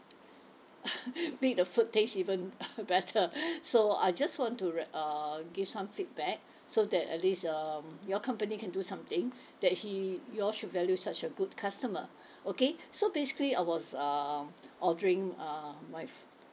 made the food taste even better so I just want to re~ uh give some feedback so that at least um your company can do something that he you all should value such a good customer okay so basically I was um ordering um my f~